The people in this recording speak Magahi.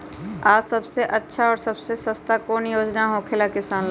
आ सबसे अच्छा और सबसे सस्ता कौन योजना होखेला किसान ला?